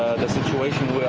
the situation